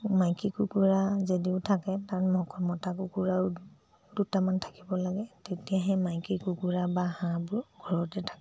মাইকী কুকুৰা যদিও থাকে তাত মক মতা কুকুৰাও দুটামান থাকিব লাগে তেতিয়াহে মাইকী কুকুৰা বা হাঁহবোৰ ঘৰতে থাকে